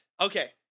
okay